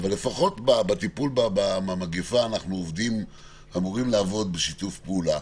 אבל לפחות בטיפול במגפה אנחנו אמורים לעבוד בשיתוף פעולה.